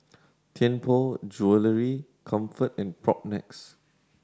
Tianpo Jewellery Comfort and Propnex